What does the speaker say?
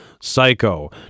Psycho